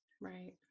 right